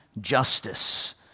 justice